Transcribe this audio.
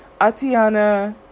atiana